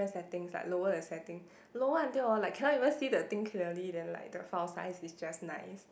settings like lower the setting lower until hor like cannot even see the thing clearly then like the file size is just nice